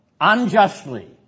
unjustly